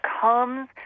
comes